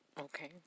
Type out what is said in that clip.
Okay